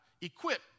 equipped